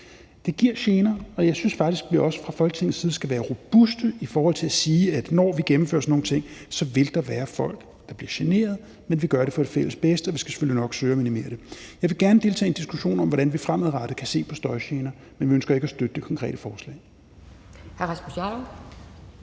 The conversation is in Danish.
Det giver gener, og jeg synes faktisk også, at vi fra Folketingets side skal være robuste i forhold til at sige, at når vi gennemfører sådan nogle ting, så vil der være folk, der bliver generet, men vi gør det for det fælles bedste, og vi skal selvfølgelig nok søge at minimere det. Vi vil gerne deltage i en diskussion om, hvordan vi fremadrettet kan se på støjgener, men vi ønsker ikke at støtte det konkrete forslag.